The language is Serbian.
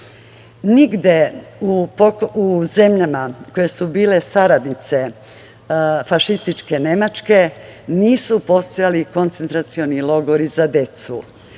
u zemljama koje su bile saradnice fašističke Nemačke nisu postojali koncentracioni logori za decu.